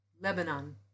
Lebanon